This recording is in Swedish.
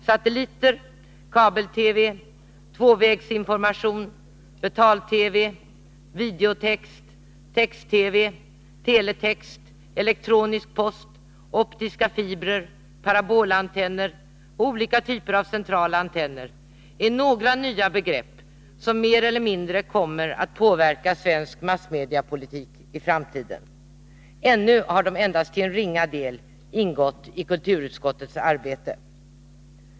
Satelliter, kabel-TV, tvåvägsinformation, betal-TV, videotext, text-TV, teletext, elektronisk post, optiska fibrer, parabolantenner och olika typer av centralantenner är några nya begrepp, som mer eller mindre kommer att påverka svensk massmediepolitik i framtiden. Ännu har de endast till en ringa del ingått i kulturutskottets arbete.